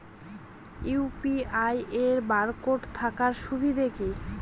UPI এর barcode থাকার সুবিধে কি?